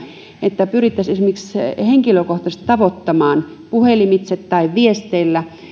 että pyrittäisiin henkilökohtaisesti tavoittamaan heidät esimerkiksi puhelimitse tai viesteillä